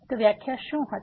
તો વ્યાખ્યા શું હતી